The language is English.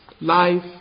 Life